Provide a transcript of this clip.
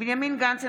בנימין גנץ,